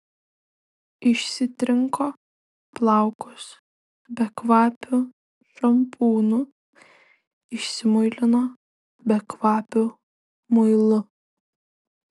išsitrinko plaukus bekvapiu šampūnu išsimuilino bekvapiu muilu